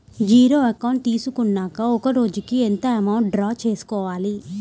Zero account తీసుకున్నాక ఒక రోజుకి ఎంత అమౌంట్ డ్రా చేసుకోవాలి?